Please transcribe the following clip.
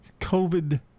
COVID